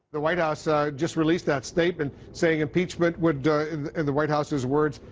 the white house ah just released that statement, saying impeachment would, in the white house's words,